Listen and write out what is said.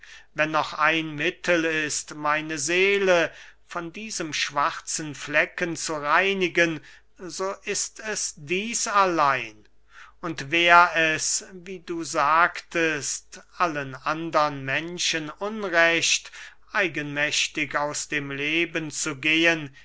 wenn noch ein mittel ist meine seele von diesem schwarzen flecken zu reinigen so ist es dieß allein und wär es wie du sagtest allen andern menschen unrecht eigenmächtig aus dem leben zu gehen